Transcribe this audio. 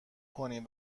کنیم